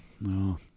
no